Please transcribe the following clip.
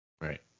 Right